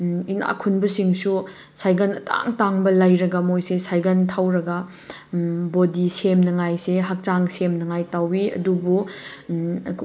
ꯏꯅꯥꯛ ꯈꯨꯟꯕꯁꯤꯡꯁꯨ ꯁꯥꯏꯒꯟ ꯑꯇꯥꯡ ꯑꯇꯥꯡꯕ ꯂꯩꯔꯒ ꯃꯣꯏꯁꯦ ꯁꯥꯏꯒꯟ ꯊꯧꯔꯒ ꯕꯣꯗꯤ ꯁꯦꯝꯅꯉꯥꯏꯁꯦ ꯍꯛꯆꯥꯡ ꯁꯦꯝꯅꯉꯥꯏ ꯇꯧꯏ ꯑꯗꯨꯕꯨ